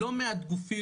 לא מעט גופים,